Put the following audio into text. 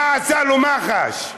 מה עשתה לו מח"ש?